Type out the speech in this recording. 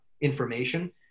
information